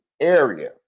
area